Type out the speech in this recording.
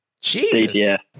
Jesus